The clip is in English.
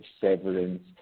severance